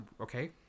okay